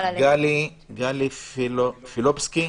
גלי פילובסקי,